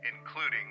including